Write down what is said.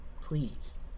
Please